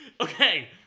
Okay